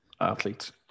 athletes